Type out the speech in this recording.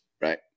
right